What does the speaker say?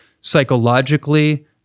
psychologically